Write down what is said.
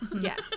Yes